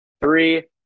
three